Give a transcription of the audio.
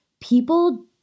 people